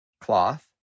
cloth